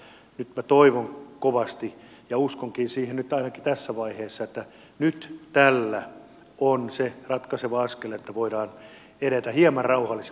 nyt minä toivon kovasti ja uskonkin siihen nyt ainakin tässä vaiheessa että nyt tässä on se ratkaiseva askel että voidaan edetä hieman rauhallisemmin mielin